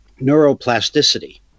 neuroplasticity